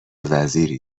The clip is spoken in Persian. وزیری